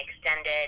extended